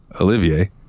Olivier